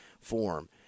form